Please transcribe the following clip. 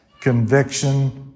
conviction